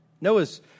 Noah's